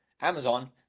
Amazon